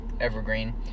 evergreen